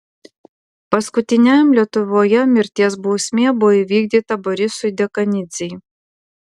paskutiniajam lietuvoje mirties bausmė buvo įvykdyta borisui dekanidzei